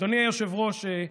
אדוני היושב-ראש,